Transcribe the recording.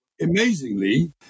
amazingly